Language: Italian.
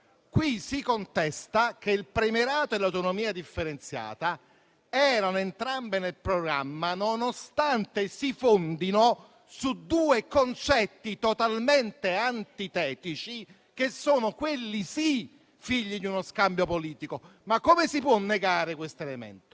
Qui si contesta che il premierato e l'autonomia differenziata erano entrambe nel programma nonostante si fondassero su due concetti totalmente antitetici, che sono, quelli sì, figli di uno scambio politico. Come si può negare questo elemento?